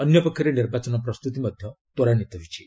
ଅନ୍ୟପକ୍ଷରେ ନିର୍ବାଚନ ପ୍ରସ୍ତୁତି ମଧ୍ୟ ତ୍ୱରାନ୍ୱିତ ହୋଇଛି